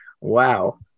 wow